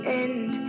end